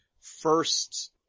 first